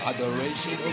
Adoration